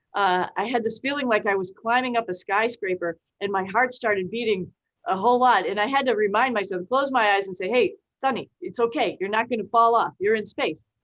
i had this feeling like i was climbing up a skyscraper and my heart started beating a whole lot. and i had to remind myself to close my eyes and say, hey, sunny it's okay. you're not gonna fall off you're in space.